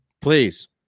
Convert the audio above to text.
Please